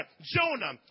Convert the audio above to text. Jonah